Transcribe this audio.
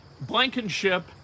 Blankenship